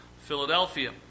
Philadelphia